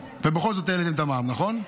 ובכל זאת העליתם את המע"מ, נכון?